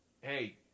hey